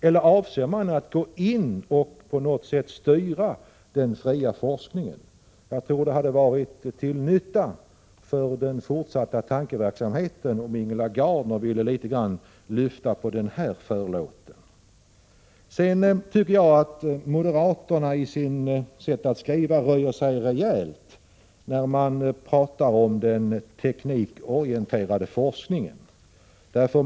Eller avser man att gå in och på något sätt styra den fria forskningen? Jag tror det vore till nytta för den fortsatta tankeverksamheten om Ingela Gardner ville lyfta litet grand på den här förlåten. Jag tycker att moderaterna röjer sig rejält i sitt sätt att skriva när man talar om den teknikorienterade forskningen.